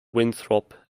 winthrop